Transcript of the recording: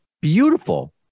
Beautiful